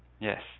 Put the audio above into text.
Yes